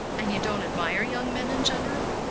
and you don't admire young men in general?